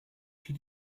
did